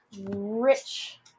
rich